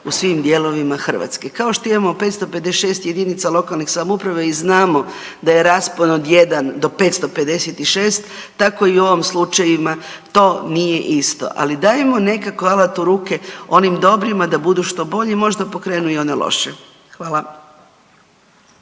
u svim dijelovima Hrvatske. Kao što imamo 556 jedinica lokalne samouprave znamo da je raspon od 1 do 556 tako i u ovim slučajevima to nije isto, ali dajmo nekako alat u ruke onim dobrima da budu što bolji, možda pokrenu i one loše. Hvala.